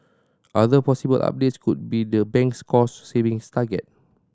other possible updates could be the bank's cost savings target